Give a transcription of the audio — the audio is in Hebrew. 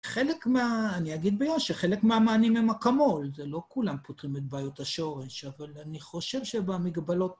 חלק מה, אני אגיד ביושר, חלק מהמענים הם אקמול, זה לא כולם פותרים את בעיות השורש, אבל אני חושב שבמגבלות...